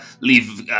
leave